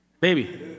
Baby